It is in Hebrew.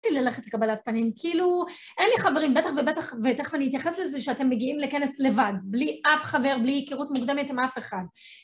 ללכת לקבלת פנים, כאילו, אין לי חברים. בטח ובטח, ותכף אני אתייחס לזה, שאתם מגיעים לכנס לבד, בלי אף חבר, בלי היכרות מוקדמת עם אף אחד